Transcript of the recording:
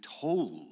told